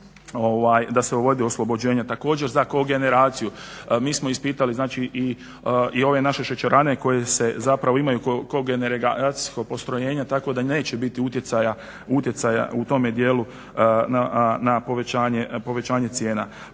da se uvede oslobođenje, također za kogeneraciju. Mi smo ispitali znači i ove naše šećerane koje zapravo ima kogeneracijsko postrojenje tako da neće biti utjecaja u tome dijelu na povećanje cijena.